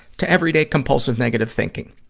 to everyday compulsive, negative thinking.